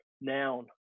noun